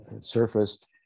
surfaced